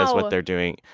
what they're doing,